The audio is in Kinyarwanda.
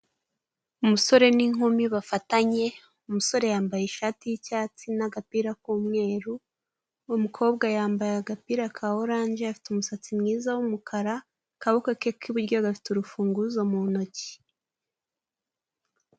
Umusore n'inkumi bafatanye. Umusore yambaye ishati y'icyatsi n'agapira k'umweru, umukobwa yambaye agapira ka oranje afite umusatsi mwiza w'umukara; akaboko ke k'i buryo gafite urufunguzo mu ntoki.